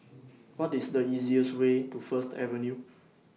What IS The easiest Way to First Avenue